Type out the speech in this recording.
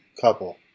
couple